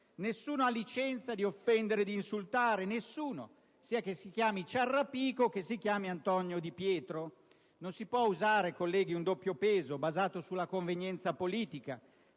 Nessuno ha licenza di offendere e di insultare alcuno, sia che si chiami Ciarrapico, sia che si chiami Antonio Di Pietro. Non si può usare, colleghi, un doppio peso basato sulla convenienza politica,